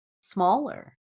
smaller